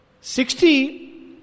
Sixty